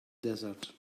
desert